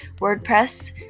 WordPress